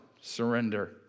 surrender